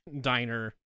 diner